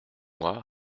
moi